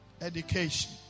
education